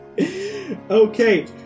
Okay